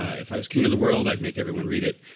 ah if i was king of the world, i'd make everyone read it.